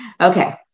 Okay